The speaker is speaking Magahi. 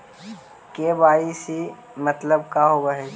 के.वाई.सी मतलब का होव हइ?